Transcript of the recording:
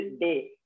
Day